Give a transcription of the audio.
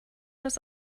das